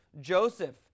Joseph